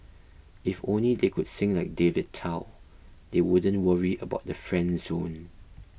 if only they could sing like David Tao they wouldn't worry about the friend zone